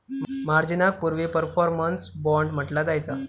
मार्जिनाक पूर्वी performance bond म्हटला जायचा